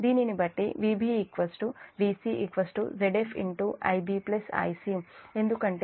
దీనినిబట్టి Vb Vc Zf Ib Ic ఎందుకంటే ఈ రెండు కొనలూ ఒకటే